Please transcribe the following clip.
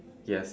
yes